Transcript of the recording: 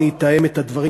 אני אתאם את הדברים,